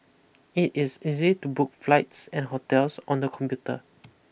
it is easy to book flights and hotels on the computer